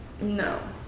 No